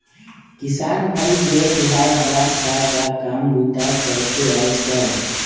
किसान भाई जय जोहार गा, का का काम बूता चलथे आयज़ कायल?